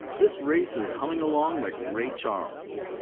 this race is humming along like ray charles,